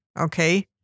Okay